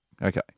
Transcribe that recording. Okay